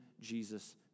Jesus